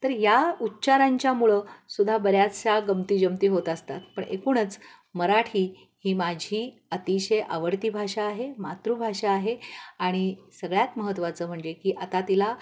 तर या उच्चारांच्या मुळं सुद्धा बऱ्याचशा गमतीजमती होत असतात पण एकूणच मराठी ही माझी अतिशय आवडती भाषा आहे मातृभाषा आहे आणि सगळ्यात महत्त्वाचं म्हणजे की आता तिला